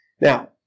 Now